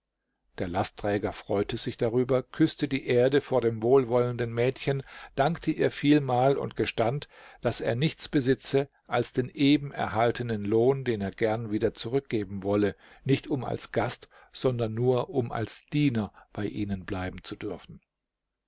der lastträger freute sich darüber küßte die erde vor dem wohlwollenden mädchen dankte ihr vielmal und gestand daß er nichts besitze als den eben erhaltenen lohn den er gern wieder zurückgeben wolle nicht um als gast sondern nur um als diener bei ihnen bleiben zu dürfen